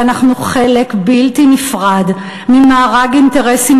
שאנחנו חלק בלתי נפרד ממארג אינטרסים